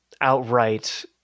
outright